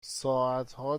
ساعتها